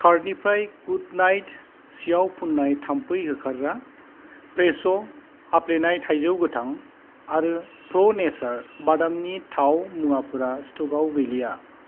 कार्डनिफ्राय good night सिआव फुन्नाय थाम्फै होखारग्रा फ्रेश' हाफ्लेनाय थाइजौ गोथां आरो प्र' नेचार बादामनि थाव मुवाफोरा स्टकआव गैलिया